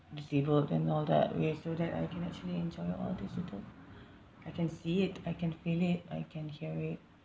disabled and all that way so that I can actually enjoy all these little I can see it I can feel it I can hear it